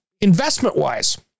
investment-wise